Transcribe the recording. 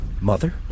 Mother